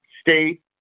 state